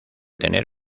tener